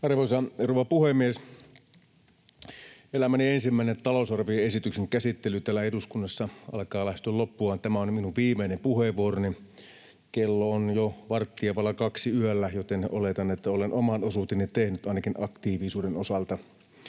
Arvoisa rouva puhemies! Elämäni ensimmäinen talousarvioesityksen käsittely täällä eduskunnassa alkaa lähestyä loppuaan. Tämä on minun viimeinen puheenvuoroni. Kello on jo varttia vailla kaksi yöllä, joten oletan, että olen oman osuuteni tehnyt ainakin aktiivisuuden osalta.